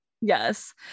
Yes